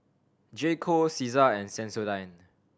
J Co Cesar and Sensodyne